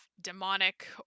demonic